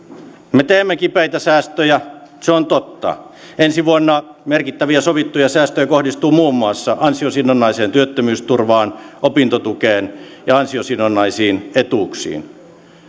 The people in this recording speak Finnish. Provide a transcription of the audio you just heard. me teemme kipeitä säästöjä se on totta ensi vuonna merkittäviä sovittuja säästöjä kohdistuu muun muassa ansiosidonnaiseen työttömyysturvaan opintotukeen ja ansiosidonnaisiin etuuksiin